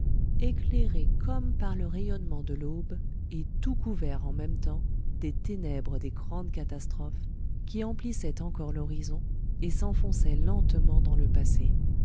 éclairé comme par le rayonnement de l'aube et tout couvert en même temps des ténèbres des grandes catastrophes qui emplissaient encore l'horizon et s'enfonçaient lentement dans le passé